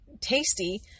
tasty